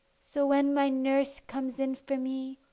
so when my nurse comes in for me,